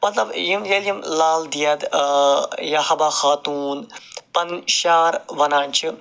مطلب یِم ییٚلہِ یِم لل دٮ۪د یا حبہ خاتوٗن پَنٕنۍ شعر وَنان چھِ